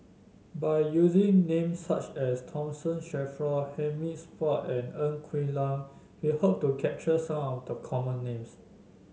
by using names such as Tomson Shelford Hamid Supaat and Ng Quee Lam we hope to capture some of the common names